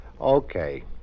Okay